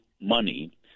money